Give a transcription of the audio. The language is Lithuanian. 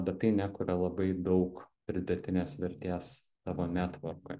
bet tai nekuria labai daug pridėtinės vertės tavo netvorkui